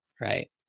right